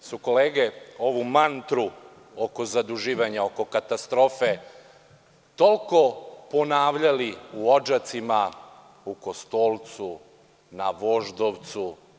Vidim da su kolege ovu mantru oko zaduživanja, oko katastrofe toliko ponavljali u Odžacima, u Kostolcu, na Voždovcu.